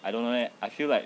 I don't know leh I feel like